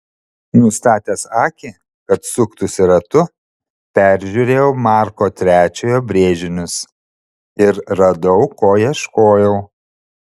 nustatęs akį kad suktųsi ratu peržiūrėjau marko iii brėžinius ir radau ko ieškojau